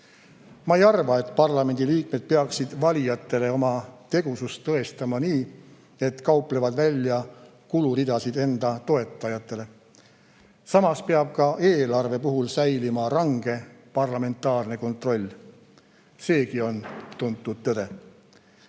Ma ei arva, et parlamendi liikmed peaksid valijatele oma tegusust tõestama nii, et kauplevad välja kuluridasid enda toetajatele. Samas peab ka eelarve puhul säilima range parlamentaarne kontroll. Seegi on tuntud tõde.